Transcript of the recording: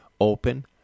open